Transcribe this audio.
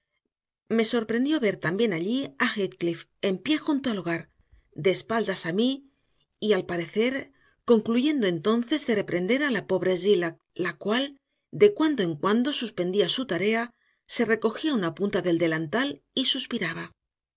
me sorprendió ver también allí a heathcliff en pie junto al hogar de espaldas a mí y al parecer concluyendo entonces de reprender a la pobre zillah la cual de cuando en cuando suspendía su tarea se recogía una punta del delantal y suspiraba